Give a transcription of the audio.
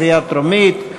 קריאה טרומית.